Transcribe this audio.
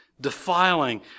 defiling